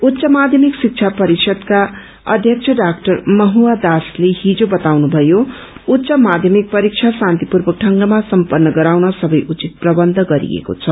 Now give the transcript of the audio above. उच्च माध्यमिक शिक्षा परिषदका अध्यक्ष डाक्टर महुआ दास्ते हिज बताउनुथयो उच्च माध्यमिक परीक्षा शान्तिपूर्वक ढंगमा सम्पत्र गराउन सबै उचित प्रबन्ध गरिएको छ